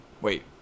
wait